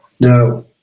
Now